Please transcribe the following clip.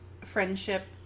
friendship